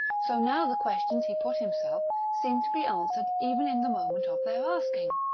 so now the questions he put himself seemed to be answered even in the moment of their asking.